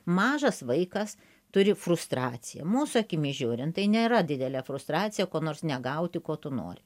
mažas vaikas turi frustraciją mūsų akimis žiūrint tai nėra didelė frustracija ko nors negauti ko tu nori